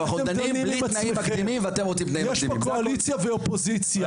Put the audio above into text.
חבר הכנסת קינלי,